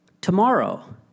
tomorrow